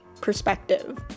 perspective